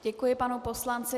Děkuji panu poslanci.